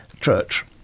church